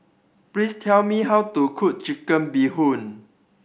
please tell me how to cook Chicken Bee Hoon